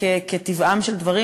וכטבעם של דברים,